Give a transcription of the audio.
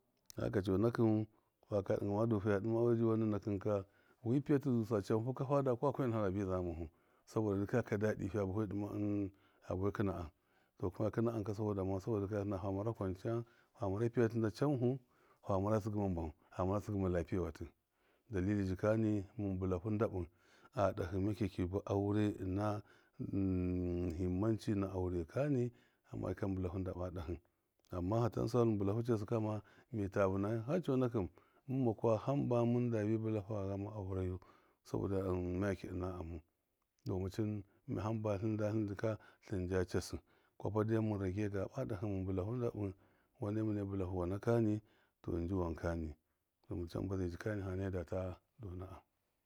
Haka cɔnakɨn faka dɨnga fadu fiya dɨma aure kaji wan nina kakɨn kawi piyati zusa canfu fada kwakwe nada fadabi za ghamufa sabɔda dikaya dadɨ, faya bife ɨn fiya bafe kɨna amtɔ fiya kɨna amka sabɔda ma, sabɔda fiya na mat a kwan eiyam mɔra puyaati na canfu famara tsɨgɨ ma mbam ha mɔratsɨgɨ ma lapiye watɨ, dɔlili jika nimɨn bilafu ndibɨ a dalu ma kyaki ba aure na muhɨnmnwa cina aure kani hamba zai jika mɨn bilafu ndaba dahɨ ama hatansahu mɨn balafu casi kama mita vɨnahai har cɔnakṫn mɨnma kwa hamba mɨndabi bɨlafa ghama aure yu sabɔda makyaki ma ama dɔmaci hamba tlɨnde jika tlinde cassɨ kwapa dai mɨn rase gaba da mɨn bɨlafu ndabɨ wane mine bɨlafu wanakani tɔ nji wanka ni dɔmacin hamba zai jikani ha naya data dɔna am.